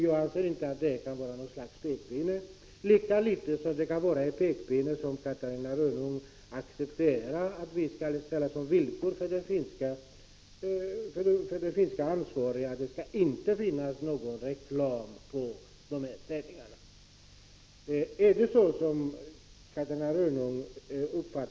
Jag anser inte att det kan betraktas som något slags pekpinne lika litet som det kan anses som någon pekpinne att vi skall ställa som villkor för de finska ansvariga att det inte skall finnas någon reklam i sändningarna — något som Catarina Rönnung accepterar.